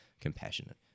compassionate